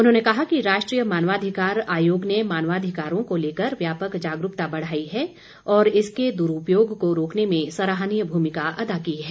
उन्होंने कहा कि राष्ट्रीय मानवाधिकार आयोग ने मानवाधिकारों को लेकर व्यापक जागरूकता बढ़ाई है और इसके दुरूपयोग को रोकने में सराहनीय भूमिका अदा की है